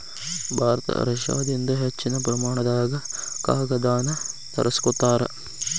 ಭಾರತ ರಷ್ಯಾದಿಂದ ಹೆಚ್ಚಿನ ಪ್ರಮಾಣದಾಗ ಕಾಗದಾನ ತರಸ್ಕೊತಾರ